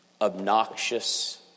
obnoxious